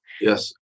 Yes